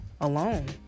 alone